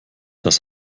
das